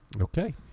Okay